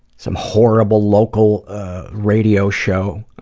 some horrible local radio show